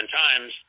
times